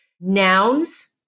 Nouns